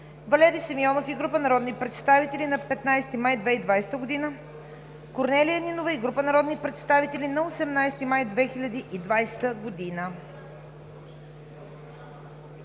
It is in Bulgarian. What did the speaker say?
Валери Симеонов и група народни представители на 15 май 2020 г.; Корнелия Нинова и група народни представители на 18 май 2020 г.